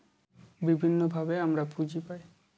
বিভিন্নভাবে আমরা পুঁজি পায়